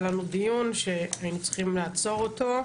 היה לנו דיון שהיינו צריכים לעצור אותו,